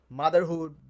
motherhood